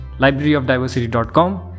libraryofdiversity.com